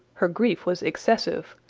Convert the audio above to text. her grief was excessive,